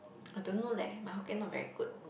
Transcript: I don't know leh my hokkien not very good